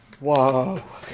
Wow